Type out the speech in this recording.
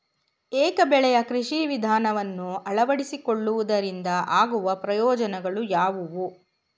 ಏಕ ಬೆಳೆಯ ಕೃಷಿ ವಿಧಾನವನ್ನು ಅಳವಡಿಸಿಕೊಳ್ಳುವುದರಿಂದ ಆಗುವ ಪ್ರಯೋಜನಗಳು ಯಾವುವು?